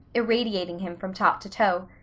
irradiating him from top to toe.